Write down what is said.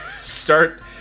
start